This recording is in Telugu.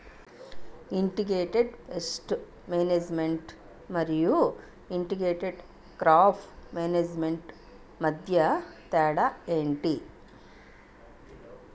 ఇంటిగ్రేటెడ్ పేస్ట్ మేనేజ్మెంట్ మరియు ఇంటిగ్రేటెడ్ క్రాప్ మేనేజ్మెంట్ మధ్య తేడా ఏంటి